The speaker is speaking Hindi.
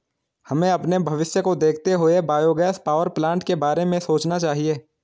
हमें अपने भविष्य को देखते हुए बायोगैस पावरप्लांट के बारे में सोचना चाहिए